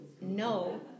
no